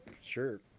Sure